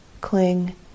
cling